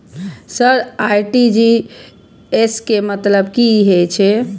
Sir RTGS के मतलब की हे छे?